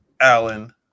Allen